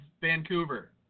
Vancouver